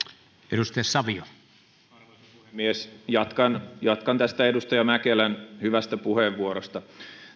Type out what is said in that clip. arvoisa puhemies jatkan edustaja mäkelän hyvästä puheenvuorosta